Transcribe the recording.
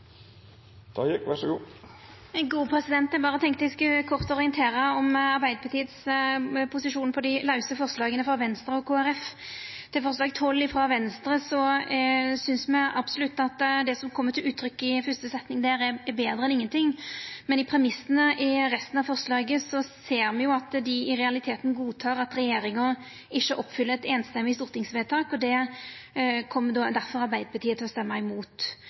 Eg tenkte berre eg kort skulle orientera om Arbeidarpartiets posisjon til forslaga frå Venstre og Kristeleg Folkeparti. Når det gjeld forslag nr. 12, frå Venstre, synest me absolutt at det som kjem til uttrykk i fyrste setning, er betre enn ingenting, men av premissa i resten av forslaget ser me at dei i realiteten godtek at regjeringa ikkje oppfyller eit einstemmig stortingsvedtak. Det kjem Arbeidarpartiet difor til å stemma imot.